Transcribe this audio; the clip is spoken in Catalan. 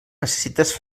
necessites